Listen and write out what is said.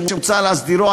שמוצע להסדירו,